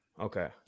Okay